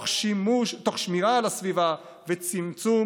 תוך שמירה על הסביבה וצמצום,